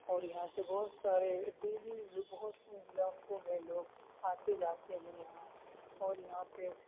اور یہاں سے بہت سارے ڈیلی جو بہت سے علاقوں میں لوگ آتے جاتے ہیں یہاں اور یہاں پہ